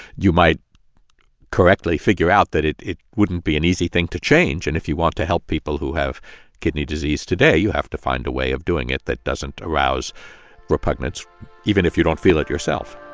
you might correctly figure out that it it wouldn't be an easy thing to change. and if you want to help people who have kidney disease today, you have to find a way of doing it that doesn't arouse repugnance even if you don't feel it yourself